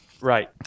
Right